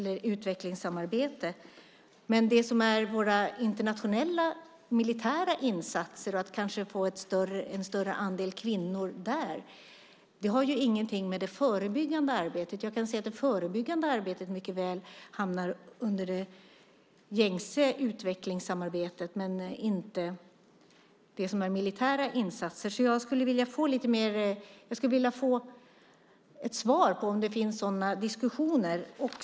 Men att få en större andel kvinnor i våra internationella militära insatser har ingenting med det förebyggande arbetet att göra. Det förebyggande arbetet kan mycket väl hamna under det gängse utvecklingssamarbetet men inte det som är militära insatser. Jag skulle vilja få ett svar på om det förs sådana diskussioner.